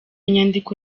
nyandiko